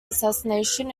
assassination